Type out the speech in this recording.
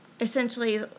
Essentially